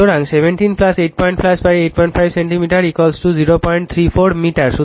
সুতরাং 17 85 85 centimetre 034 metre